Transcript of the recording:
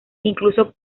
incluso